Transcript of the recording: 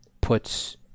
puts